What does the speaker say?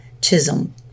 Chisholm